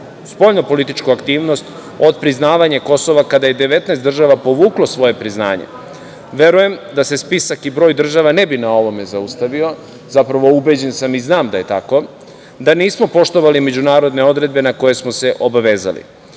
spoljno-političku aktivnost od priznavanja Kosova, kada je 19 država povuklo svoja priznanja. Verujem da se spisak i broj država ne bi na ovome zaustavio, zapravo ubeđen sam i znam da je tako, da nismo poštovali međunarodne odredbe na koje smo se obavezali.U